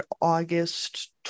August